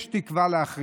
יש תקווה לאחריתך,